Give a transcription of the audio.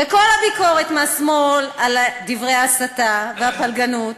וכל הביקורת מהשמאל על דברי ההסתה והפלגנות